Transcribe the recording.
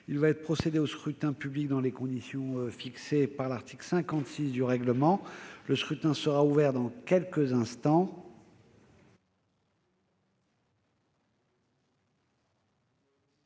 Il va être procédé au scrutin dans les conditions fixées par l'article 56 du règlement. Le scrutin est ouvert. Personne ne demande